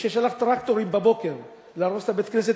כשהוא שלח טרקטורים בבוקר להרוס את בית-הכנסת